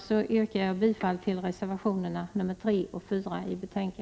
Jag yrkar bifall till reservationerna 3 och 4.